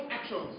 actions